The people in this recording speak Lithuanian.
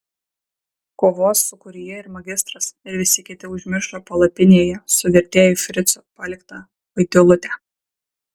kovos sūkuryje ir magistras ir visi kiti užmiršo palapinėje su vertėju fricu paliktą vaidilutę